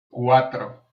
cuatro